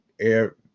air